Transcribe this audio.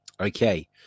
okay